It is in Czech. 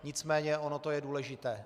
Nicméně ono to je důležité.